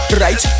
right